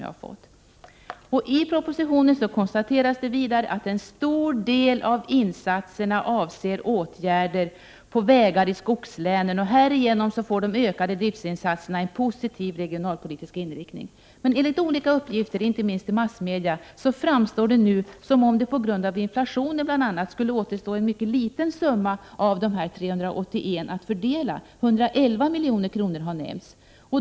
anslage ttilldriftav stat I propositionen konstateras det vidare att en stor del av insatserna avser = /84 vägar åtgärder på vägar i skogslänen, och härigenom får de ökade driftsinsatserna en positiv regionalpolitisk inriktning. Enligt olika uppgifter, inte minst i massmedia, framstår det nu som om det på grund av bl.a. inflationen skulle återstå en mycket liten summa av dessa 381 milj.kr. att fördela, 111 milj.kr. har nämnts.